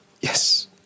Yes